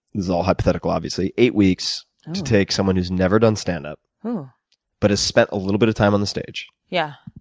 is all hypothetical, obviously eight weeks to take someone who's never done standup um but has spent a little bit of time on the stage. yeah